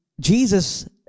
Jesus